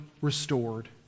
restored